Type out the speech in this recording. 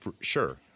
sure